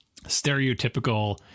stereotypical